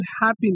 happiness